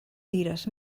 tires